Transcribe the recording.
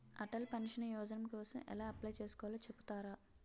Atal pension Yojana కోసం ఎలా apply చేసుకోవాలో చెపుతారా?